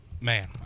Man